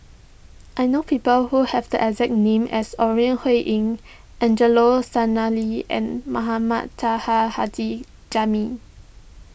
I know people who have the exact name as Ore Huiying Angelo Sanelli and Mohamed Taha Haji Jamil